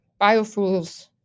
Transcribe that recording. biofuels